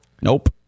Nope